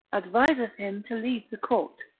adviseth him to leave the court,